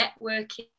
networking